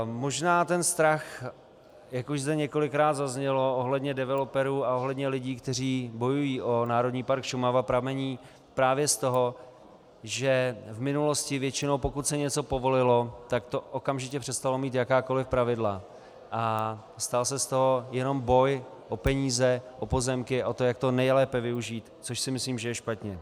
Možná ten strach, jak už zde několikrát zaznělo ohledně developerů a ohledně lidí, kteří bojují o Národní park Šumava, pramení právě z toho, že v minulosti většinou, pokud se něco povolilo, tak to okamžitě přestalo mít jakákoliv pravidla a stal se z toho jenom boj o peníze, o pozemky, o to, jak to nejlépe využít, což si myslím, že je špatně.